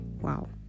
wow